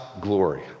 glory